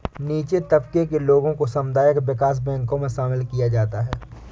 नीचे तबके के लोगों को सामुदायिक विकास बैंकों मे शामिल किया जाता है